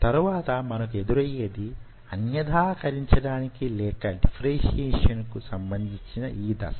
తరువాత మనకు ఎదురయ్యేది అన్యధాకరించడానికి లేక డిఫరెన్షియేషన్ కు సంబంధించిన ఈ దశ